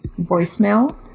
voicemail